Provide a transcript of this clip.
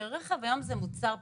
שרכב היום זה מוצר בסיסי,